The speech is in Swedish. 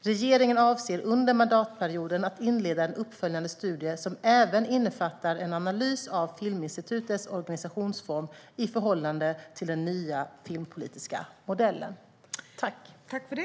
Regeringen avser under mandatperioden att inleda en uppföljande studie som även innefattar en analys av Filminstitutets organisationsform i förhållande till den nya filmpolitiska modellen. Tredje vice talmannen konstaterade att interpellanten inte var närvarande i kammaren och förklarade överläggningen avslutad.